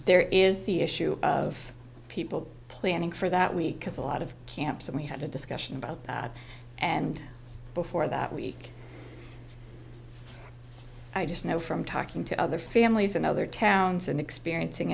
there is the issue of people planning for that week because a lot of camps and we had a discussion about that and before that week i just know from talking to other families in other towns and experiencing